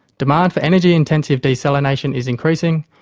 demand for energy intensive desalination is increasing,